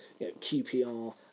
QPR